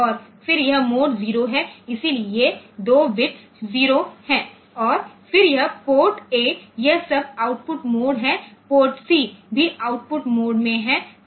और फिर यह मोड 0है इसलिए ये 2 बिट्स 0 हैं और फिर यह पोर्ट ए यह सब आउटपुट मोड है पोर्ट सी भी आउटपुट मोड में है